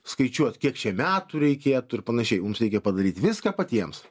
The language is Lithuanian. skaičiuot kiek čia metų reikėtų ir panašiai mums reikia padaryt viską patiems